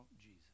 Jesus